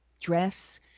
dress